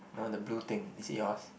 no the blue thing is it yours